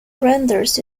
renders